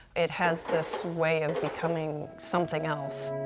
it has this way of becoming something else.